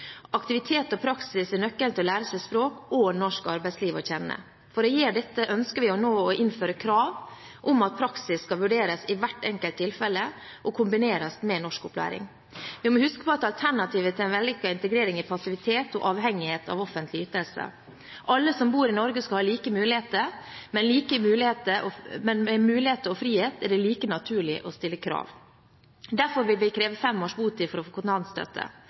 Aktivitet og praksis er nøkkelen til å lære seg språk og norsk arbeidsliv å kjenne. For å gjøre dette ønsker vi å innføre krav om at praksis skal vurderes i hvert enkelt tilfelle og kombineres med norskopplæring. Vi må huske på at alternativet til en vellykket integrering er passivitet og avhengighet av offentlige ytelser. Alle som bor i Norge, skal ha like muligheter, men med muligheter og frihet er det like naturlig å stille krav. Derfor vil vi kreve fem års botid for å få kontantstøtte,